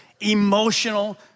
Emotional